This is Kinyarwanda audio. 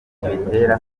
kibitera